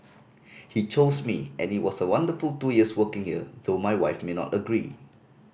he chose me and it was a wonderful two years working here though my wife may not agree